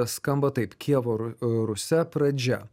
skamba taip kijevo ru rusia pradžia